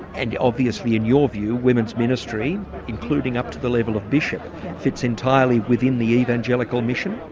and obviously in your view women's ministry including up to the level of bishop fits entirely within the evangelical mission?